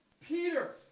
Peter